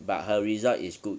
but her result is good